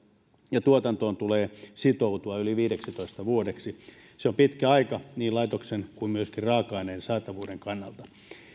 ja tuotantoon tulee sitoutua yli viideksitoista vuodeksi se on pitkä aika niin laitoksen kuin myöskin raaka aineen saatavuuden kannalta